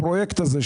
הפרויקט הזה,